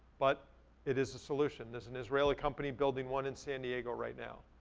but it is a solution. there's an israeli company building one in san diego right now.